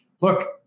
look